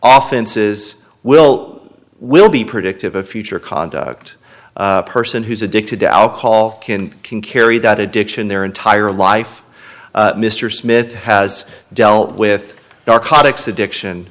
often says will will be predictive of future conduct a person who's addicted to alcohol can can carry that addiction their entire life mr smith has dealt with narcotics addiction